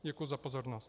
Děkuji za pozornost.